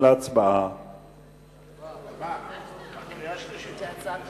עכשיו להצבעה בקריאה שלישית.